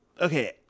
okay